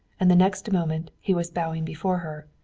and the next moment he was bowing before her.